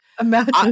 Imagine